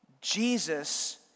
Jesus